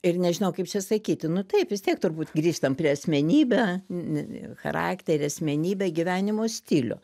ir nežinau kaip čia sakyti nu taip vis tiek turbūt grįžtam prie asmenybę n charakterį asmenybę gyvenimo stilių